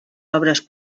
obres